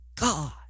God